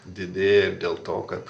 didėja ir dėl to kad